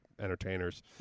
entertainers